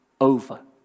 over